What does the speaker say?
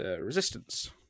Resistance